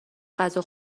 غذا